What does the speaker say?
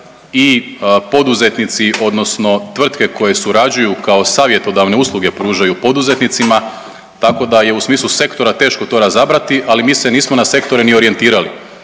i poduzetnici odnosno tvrtke koje surađuju kao savjetodavne usluge pružaju poduzetnicima, tako da je u smislu sektora teško to razabrati, ali mi se nismo na sektore ni orijentirali.